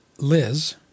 Liz